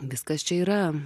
viskas čia yra